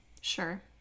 Sure